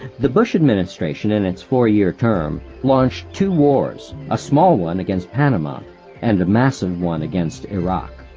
the bush administration, in its four-year term, launched two wars a small one against panama and a massive one against iraq.